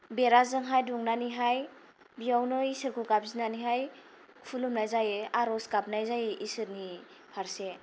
बेराजोंहाय दुमनानैहाय बियावनो इसोरखौ गाबज्रिनानैहाय खुलुमनाय जायो आरज गाबनाय जायो इसोरनि फारसे